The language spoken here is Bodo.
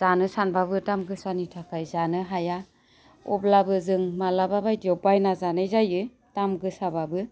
जानो सानबाबो दाम गोसानि थाखाय जानो हाया अब्लाबो जों मालाबा बायदियाव बायना जानाय जायो दाम गोसाबाबो